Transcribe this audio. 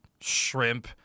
shrimp